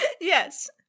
Yes